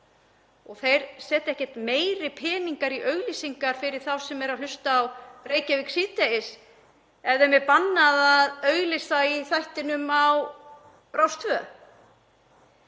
Þeir setja ekkert meiri peninga í auglýsingar fyrir þá sem eru að hlusta á Reykjavík síðdegis ef þeim er bannað að auglýsa í þættinum á Rás 2.